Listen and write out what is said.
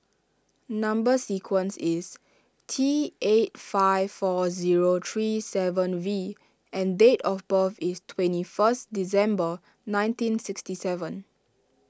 Number Sequence is T eight five four zero two three seven V and date of birth is twenty first December nineteen sixty seven